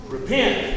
Repent